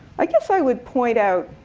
i guess i would point out